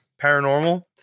paranormal